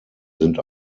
sind